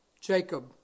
Jacob